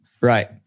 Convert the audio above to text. Right